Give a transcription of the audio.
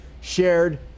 shared